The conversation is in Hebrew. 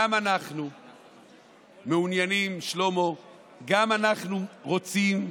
גם אנחנו מעוניינים, גם אנחנו רוצים,